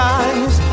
eyes